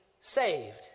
saved